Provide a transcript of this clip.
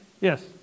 yes